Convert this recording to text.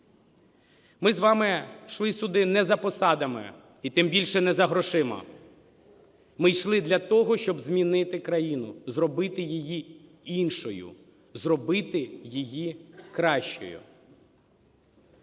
Ми з вами йшли сюди не за посадами і тим більше не за грошима. Ми йшли для того, щоб змінити країну, зробити її іншою, зробити її кращою,